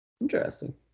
interesting